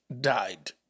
died